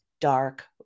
dark